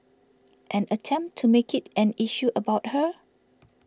and attempt to make it an issue about her